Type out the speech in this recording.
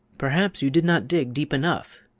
perhaps you did not dig deep enough,